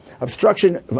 Obstruction